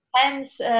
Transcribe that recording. Hence